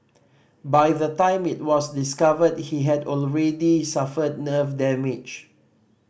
by the time it was discovered he had already suffered nerve damage